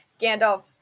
Gandalf